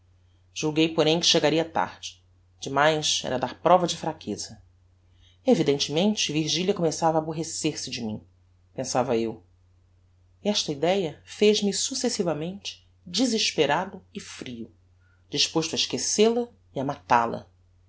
julguei porém que chegaria tarde demais era dar prova de fraqueza evidentemente virgilia começava a aborrecer-se de mim pensava eu e esta idéa fez-me successivamente desesperado e frio disposto a esquecel a e